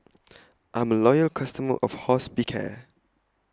I'm A Loyal customer of Hospicare